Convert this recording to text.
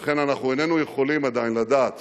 לכן אנחנו איננו יכולים עדיין לדעת